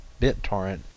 BitTorrent